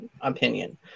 opinion